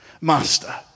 Master